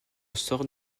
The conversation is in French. sort